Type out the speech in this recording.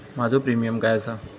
माझो प्रीमियम काय आसा?